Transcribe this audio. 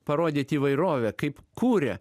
parodyt įvairovę kaip kuria